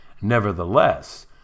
Nevertheless